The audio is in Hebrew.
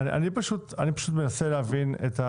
אני מנסה להבין,